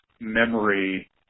memory